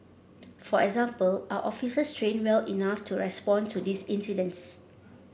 for example are officers trained well enough to respond to these incidents